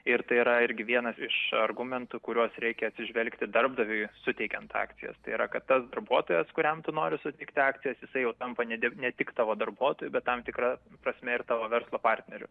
ir tai yra irgi vienas iš argumentų kuriuos reikia atsižvelgti darbdaviui suteikiant akcijas tai yra kad tas darbuotojas kuriam tu nori suteikti akcijas jisai jau tampa ne tik ne tik tavo darbuotoju bet tam tikra prasme ir tavo verslo partneriu